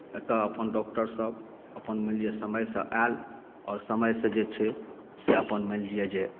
एतय अपन डॉक्टरसभ अपन मानि लिअ समयसँ आयल आओर समयसँ जे छै से अपन मानि लिअ जे